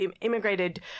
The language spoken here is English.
immigrated